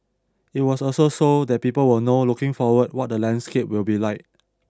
it was also so that people will know looking forward what the landscape will be like